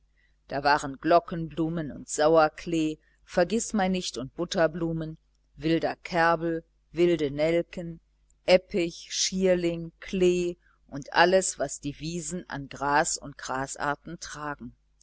da waren glockenblumen und sauerklee vergißmeinnicht und butterblumen wilder kerbel wilde nelken eppich schierling klee und alles was die wiesen an gras und grasarten tragen